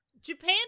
Japan